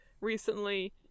recently